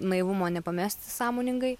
naivumo nepamesti sąmoningai